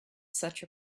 such